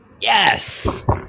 Yes